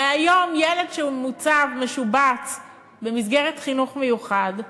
הרי היום ילד שמוצב או משובץ במסגרת החינוך המיוחד,